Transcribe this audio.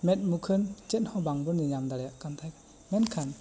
ᱢᱮᱫ ᱢᱩᱠᱷᱟᱹᱱ ᱪᱮᱫ ᱦᱚ ᱵᱟᱝᱵᱚᱱ ᱧᱮᱧᱟᱢ ᱫᱟᱲᱮᱭᱟᱜ ᱠᱟᱱ ᱛᱟᱦᱮᱱᱟ ᱢᱮᱱ ᱠᱷᱟᱱ